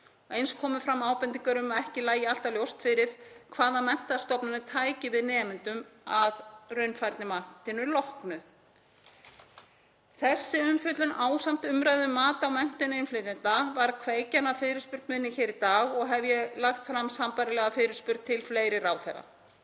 Eins komu fram ábendingar um að ekki lægi alltaf ljóst fyrir hvaða menntastofnanir tækju við nemendum að raunfærnimati loknu. Þessi umfjöllun ásamt umræðu um mat á menntun innflytjenda varð kveikjan að fyrirspurn minni hér í dag og hef ég lagt fram sambærilega fyrirspurn til fleiri ráðherra.